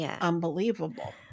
unbelievable